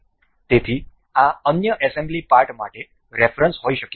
તેથી આ અન્ય એસેમ્બલી પાર્ટ માટે રેફરન્સ હોઈ શકે